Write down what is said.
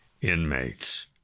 inmates